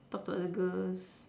talk to other girls